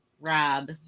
Rob